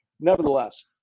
nevertheless –